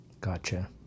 Gotcha